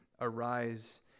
arise